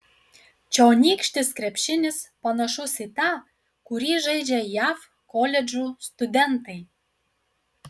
čionykštis krepšinis panašus į tą kurį žaidžia jav koledžų studentai